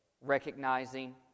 ...recognizing